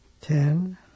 Ten